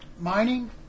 mining